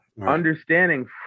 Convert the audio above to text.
understanding